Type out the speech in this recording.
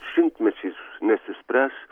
šimtmečiais nesispręs